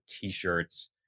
t-shirts